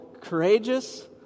courageous